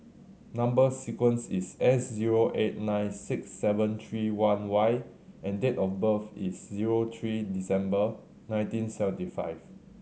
number sequence is S zero eight nine six seven three one Y and date of birth is zero three December nineteen seventy five